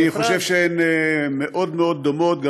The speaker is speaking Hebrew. אני חושב שהן מאוד דומות.